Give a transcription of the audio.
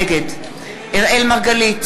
נגד אראל מרגלית,